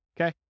Okay